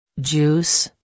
Juice